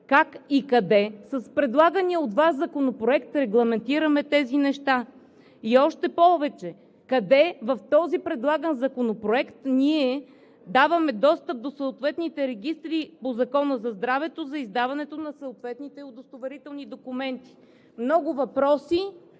Как и къде с предлагания от Вас законопроект регламентираме тези неща? Още повече – къде в този предлаган законопроект ние даваме достъп до съответните регистри по Закона за здравето за издаването на съответните удостоверителни документи? Много въпроси,